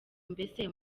mbese